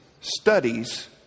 Studies